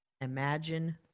imagine